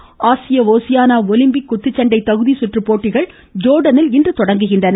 குத்துச்சண்டை ஆசிய Oceania Olympic குத்துச்சண்டை தகுதி சுற்று போட்டிகள் ஜோா்டானில் இன்று தொடங்குகின்றன